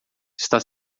está